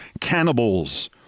cannibals